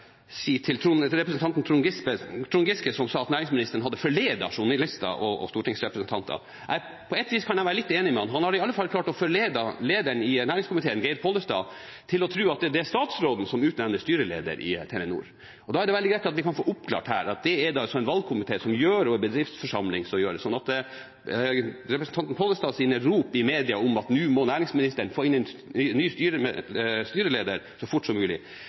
si til representanten Trond Giske, som sa at næringsministeren hadde forledet journalister og stortingsrepresentanter: På ett vis kan jeg være litt enig med ham. Han har iallfall klart å forlede lederen i næringskomiteen, Geir Pollestad, til å tro at det er statsråden som utnevner styreleder i Telenor. Det er veldig greit å få oppklart her at det er det en valgkomité og bedriftsforsamling som gjør. Representanten Pollestads rop i media om at næringsministeren nå må få inn en ny styreleder så fort som mulig,